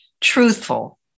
truthful